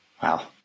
Wow